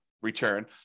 return